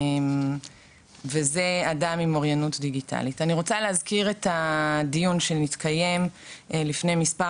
אני רוצה להזכיר את הדיון שנתקיים לפני כמה